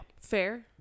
Fair